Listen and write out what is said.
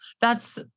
That's-